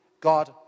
God